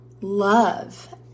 love